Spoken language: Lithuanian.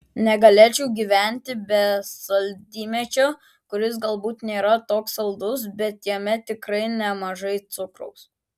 negalėčiau gyventi be saldymedžio kuris galbūt nėra toks saldus bet jame tikrai nemažai cukraus